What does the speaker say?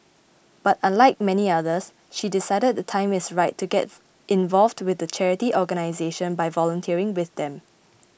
but unlike many others she decided the time is ripe to get involved with the charity organisation by volunteering with them